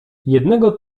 jednego